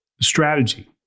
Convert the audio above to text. strategy